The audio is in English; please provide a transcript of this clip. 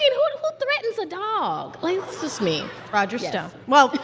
who threatens a dog? like, it's just mean roger stone well,